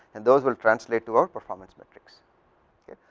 and those will translate to our performance petri so yeah